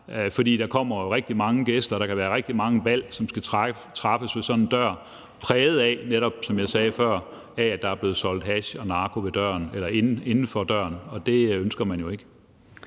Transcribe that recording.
der kommer jo rigtig mange gæster, og der kan være rigtig mange valg, som skal træffes ved sådan en dør, præget af, netop som jeg sagde før, at der er blevet solgt hash og narko inden for døren, og det ønsker man jo ikke.